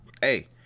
hey